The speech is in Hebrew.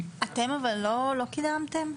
בשבועות האחרונים,